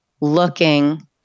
looking